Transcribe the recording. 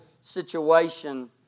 situation